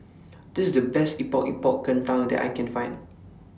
This IS The Best Epok Epok Kentang that I Can Find